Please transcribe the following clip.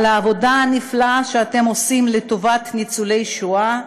על העבודה הנפלאה שאתם עושים לטובת ניצולי השואה,